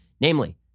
namely